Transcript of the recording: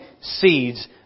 seeds